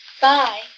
Bye